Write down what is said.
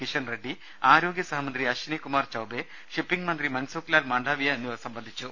കിഷൻ റെഡ്ഡി ആരോഗ്യ സഹമന്ത്രി അശ്ചിനി കുമാർ ചൌബെ ഷിപ്പിങ് മന്ത്രി മൻസൂഖ് ലാൽ മണ്ഡാവ്യ എന്നിവർ സംബന്ധിച്ചു